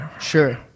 sure